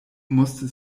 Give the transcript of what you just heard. musste